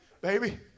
baby